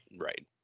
right